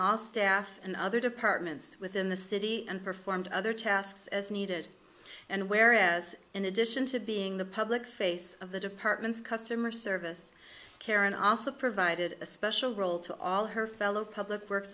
all staff and other departments within the city and performed other tasks as needed and where as in addition to being the public face of the department's customer service karen also provided a special role to all her fellow public works